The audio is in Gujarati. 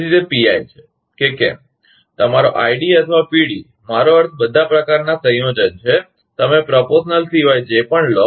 તેથી તે પીઆઈ છે કે કેમ તમારો આઈડી અથવા પીડી મારો અર્થ બધા પ્રકારનાં સંયોજન છે તમે પ્ર્પોશનલ સિવાય જે પણ લો